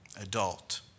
Adult